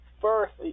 first